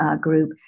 group